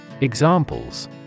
Examples